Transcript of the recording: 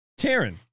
Taryn